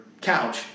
couch